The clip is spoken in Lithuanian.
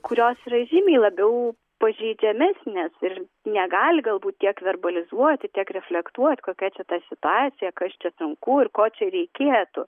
kurios yra žymiai labiau pažeidžiamesnės ir negali galbūt tiek verbalizuoti tiek reflektuoti kokia čia tą situacija kas čia sunku ir ko čia reikėtų